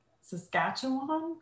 Saskatchewan